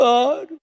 God